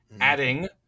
adding